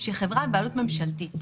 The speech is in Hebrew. שחברה בבעלות ממשלתית,